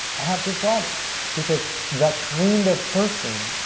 i have to applaud it because the kind of person